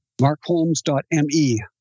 Markholmes.me